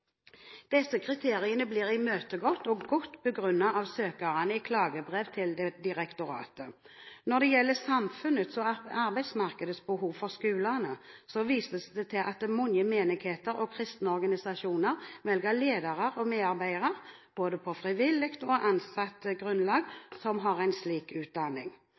Disse kriteriene blir imøtegått og godt begrunnet av søkerne i klagebrev til direktoratet. Når det gjelder samfunnets og arbeidsmarkedets behov for skolene, vises det til at mange menigheter og kristne organisasjoner velger ledere og medarbeidere – både frivillige og ansatte – som har en relevant utdanning.